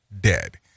dead